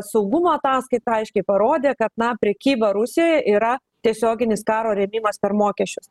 saugumo ataskaita aiškiai parodė kad na prekyba rusijoj yra tiesioginis karo rėmimas per mokesčius